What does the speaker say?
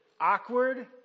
awkward